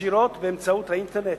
ישירות באמצעות האינטרנט.